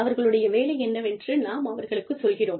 அவர்களுடைய வேலை என்னவென்று நாம் அவர்களுக்குச் சொல்கிறோம்